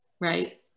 right